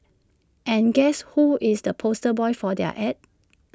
and guess who is the poster boy for their Ad